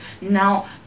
Now